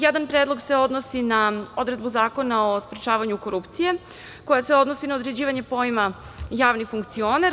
Jedan predlog se odnosi na odredbu Zakona o sprečavanju korupcije koja se odnosi na određivanje pojma „javni funkcioner“